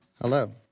Hello